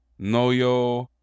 Noyo